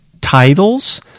titles